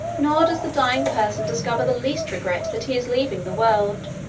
nor does the dying person discover the least regret that he is leaving the world,